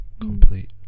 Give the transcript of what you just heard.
complete